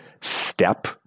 step